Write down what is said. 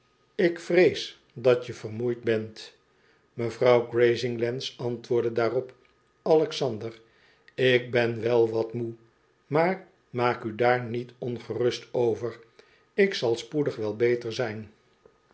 ik vrees dat je vermoeid bent mevrouw grazinglands antwoordde daarop alexander ik ben wel wat moe maar maak u daar niet ongerust over ik zal spoedig wel beter zijn